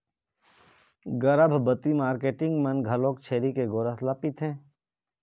गरभबती मारकेटिंग मन घलोक छेरी के गोरस ल पिथें